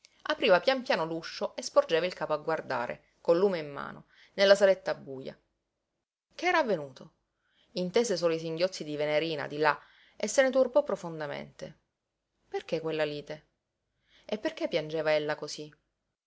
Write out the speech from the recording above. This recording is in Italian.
apriva pian piano l'uscio e sporgeva il capo a guardare col lume in mano nella saletta buja che era avvenuto intese solo i singhiozzi di venerina di là e se ne turbò profondamente perché quella lite e perché piangeva ella cosí